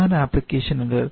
വിമാന ആപ്ലിക്കേഷനുകൾ